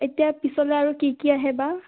এতিয়া পিছলৈ আৰু কি কি আহে বা